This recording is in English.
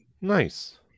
nice